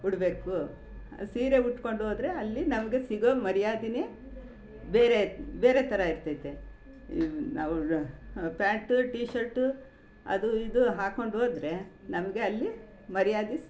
ಉಡಬೇಕು ಸೀರೆ ಉಟ್ಕೊಂಡು ಹೋದ್ರೆ ಅಲ್ಲಿ ನಮಗೆ ಸಿಗೋ ಮರ್ಯಾದೆಯೇ ಬೇರೆ ಬೇರೆ ಥರ ಇರ್ತೈತೆ ಇವು ಅವ್ರು ಪ್ಯಾಂಟು ಟೀ ಶರ್ಟು ಅದು ಇದು ಹಾಕೊಂಡು ಹೋದ್ರೆ ನಮಗೆ ಅಲ್ಲಿ ಮರ್ಯಾದೆ